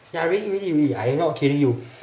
ya really really really I'm not kidding you